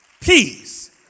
peace